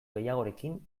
gehiagorekin